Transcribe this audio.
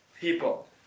people